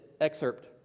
excerpt